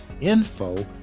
info